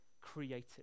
created